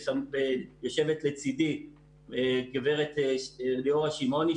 יושבת לצידי גברת ליאורה שמעוני,